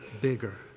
bigger